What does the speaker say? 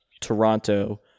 Toronto